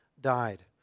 died